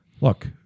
look